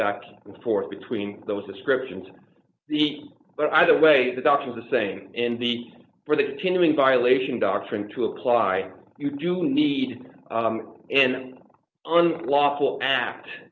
back and forth between those descriptions and the but either way the doctors are saying and the for the continuing violation doctrine to apply you do need an un lawful act